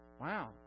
Wow